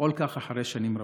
לפעול אחרי שנים רבות.